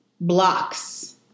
blocks